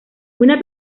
una